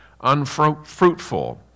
unfruitful